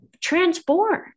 transform